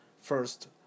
first